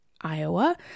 Iowa